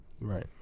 Right